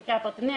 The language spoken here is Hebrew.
במקרה הפרטני.